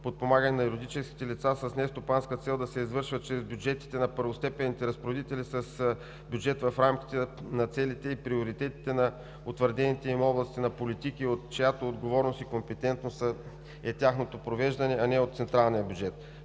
подпомагане на юридическите лица с нестопанска цел да се извършва чрез бюджетите на първостепенните разпоредители с бюджет в рамките на целите и приоритетите на утвърдените им области на политики, от чиято отговорност и компетентност е тяхното провеждане, а не от централния бюджет.